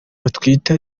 batwite